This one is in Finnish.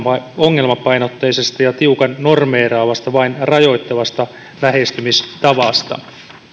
ongelmapainotteisesta ja tiukan normeeraavasta vain rajoittavasta lähestymistavasta